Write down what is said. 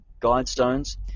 Guidestones